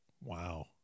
Wow